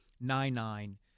Nine-Nine